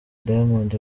diamond